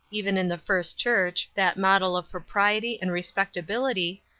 even in the first church, that model of propriety and respectability,